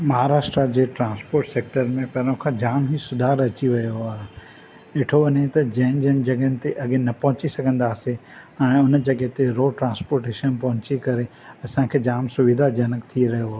महाराष्ट्र जे transport sector में पहिरियों खां जाम ई सुधार अची वियो आहे ॾिठो वञे त जंहिं जंहिं जॻहनि ते अॻे न पहुची सघंदासी हाणे हुन जॻहि ते रोड ट्रांस्पोटेशन पहुची करे असां खे जाम सुविधाजनक थी रहियो आहे